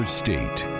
state